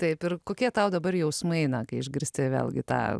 taip ir kokie tau dabar jausmai na kai išgirsti vėlgi tą